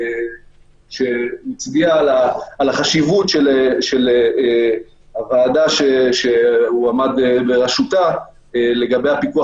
הוא הצביע על חשיבות הוועדה שהוא עמד בראשותה לגבי הפיקוח